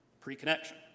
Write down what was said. pre-connection